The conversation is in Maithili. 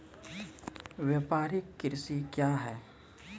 व्यापारिक कृषि क्या हैं?